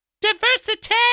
diversity